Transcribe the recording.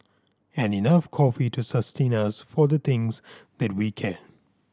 and enough coffee to sustain us for the things that we can